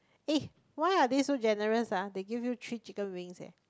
eh why are they so generous ah they give you three chicken wings eh